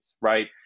right